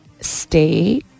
Stay